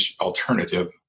alternative